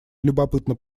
любопытно